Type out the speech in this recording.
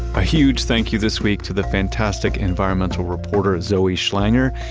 a huge thank you this week to the fantastic environmental reporter, zoe schlanger.